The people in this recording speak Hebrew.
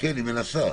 כולם מסכימים